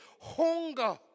hunger